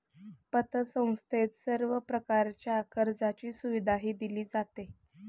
पतसंस्थेत सर्व प्रकारच्या कर्जाची सुविधाही दिली जाते